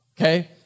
okay